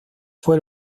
fue